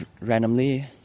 randomly